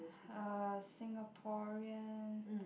uh Singaporean